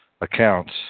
accounts